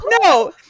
no